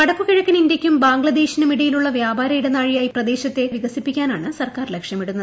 വടക്കുകിഴക്കൻ ഇന്ത്യയ്ക്കും ബംഗ്ലാദേശിനും ഇടയിലുള്ള വ്യാപാര ഇടനാഴിയായി പ്രദേശത്തെ വികസിപ്പിക്കാനാണ് സർക്കാർ ലക്ഷ്യമിടുന്നത്